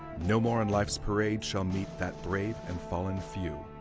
no more on life's parade shall meet that brave and fallen few.